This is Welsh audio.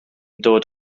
dod